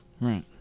Right